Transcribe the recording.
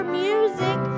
music